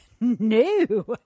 no